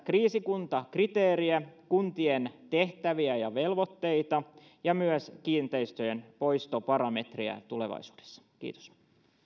kriisikuntakriteerejä kuntien tehtäviä ja velvoitteita ja myös kiinteistöjen poistoparametreja tulevaisuudessa kiitos